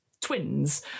twins